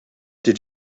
did